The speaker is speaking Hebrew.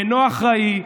אינו אחראי,